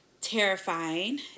terrifying